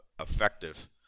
effective